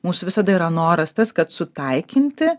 mūsų visada yra noras tas kad sutaikinti